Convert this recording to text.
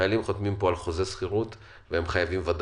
החיילים חותמים על חוזה שכירות, הם חייבים ודאות.